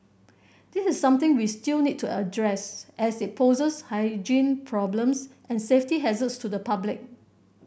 this is something we still need to address as it poses hygiene problems and safety hazards to the public